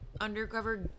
undercover